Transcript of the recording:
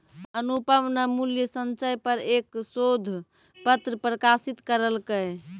अनुपम न मूल्य संचय पर एक शोध पत्र प्रकाशित करलकय